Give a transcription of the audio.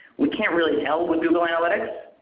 we can't really tell with google analytics.